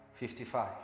55